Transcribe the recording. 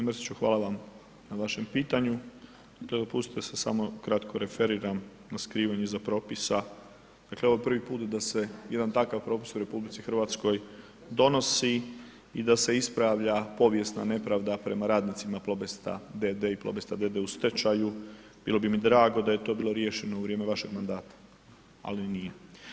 g. Mrsiću hvala vam na vašem pitanju, te dopustite da se samo kratko referiram na skrivanju iza propisa, dakle ovo je prvi put da se jedan takav propis u RH donosi i da se ispravlja povijesna nepravda prema radnicima Plobesta d.d. i Plobesta d.d. u stečaju, bilo bi mi drago da je to bilo riješeno u vrijeme vašeg mandata, ali nije.